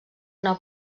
una